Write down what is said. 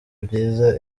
byiza